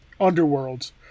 Underworlds